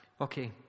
Okay